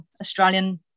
Australian